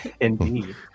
indeed